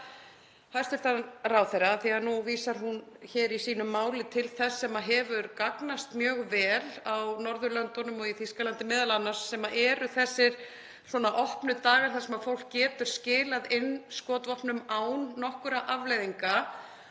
hæstv. ráðherra, af því að nú vísar hún hér í sínu máli til þess sem hefur gagnast mjög vel á Norðurlöndunum og í Þýskalandi m.a., sem eru þessir opnu dagar þar sem fólk getur skilað inn skotvopnum án nokkurra afleiðinga.